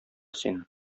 син